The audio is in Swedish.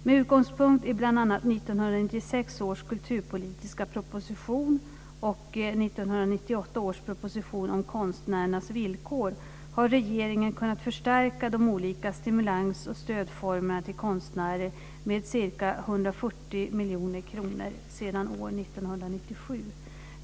Med utgångspunkt i bl.a.1996 års kulturpolitiska proposition har regeringen kunnat förstärka de olika stimulans och stödformerna till konstnärer med ca 140 miljoner kronor sedan år 1997.